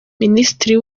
minisitiri